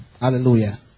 Hallelujah